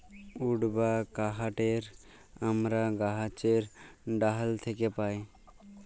would বা কাহাঠকে আমরা গাহাছের ডাহাল থ্যাকে পাই